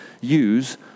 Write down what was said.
use